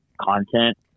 content